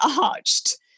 arched